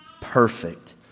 perfect